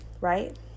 right